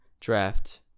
draft